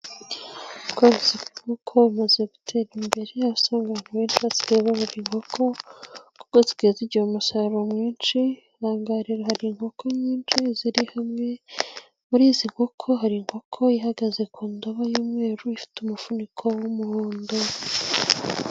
Ubworozi bw'inkoko bumaze gutera imbere aho usanga abantu benshi basigaye borora inkoko, kuko zisigaye zigira umusaruro mwinshi. Ahangaha rero hari inkoko nyinshi ziri hamwe, muri izi nkoko hari inkoko ihagaze ku ndobo y'umweru ifite umufuniko w'umuhondo.